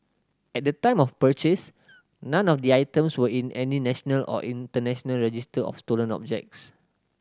at the time of purchase none of the items were in any national or international register of stolen objects